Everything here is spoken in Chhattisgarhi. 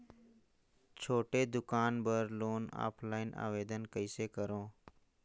छोटे दुकान बर लोन ऑफलाइन आवेदन कइसे करो?